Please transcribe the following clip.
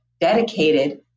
dedicated